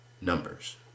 numbers